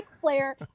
Flair